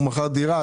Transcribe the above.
הוא מכר דירה,